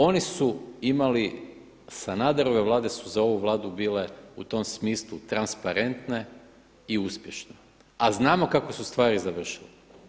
Oni su imali Sanaderove Vlade su za ovu Vladu bile u tom smislu transparentne i uspješne a znamo kako su stvari završile.